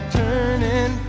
turning